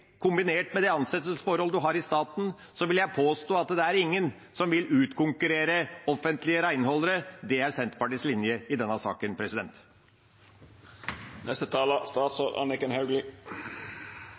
kombinert med de ansettelsesforhold en har i staten, vil jeg påstå at det er ingen som vil utkonkurrere offentlige renholdere. Det er Senterpartiets linje i denne saken.